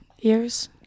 years